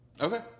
Okay